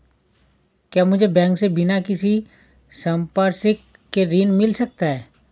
क्या मुझे बैंक से बिना किसी संपार्श्विक के ऋण मिल सकता है?